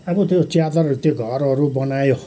अब त्यो च्यादर त्यो घरहरू बनायो